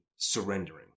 surrendering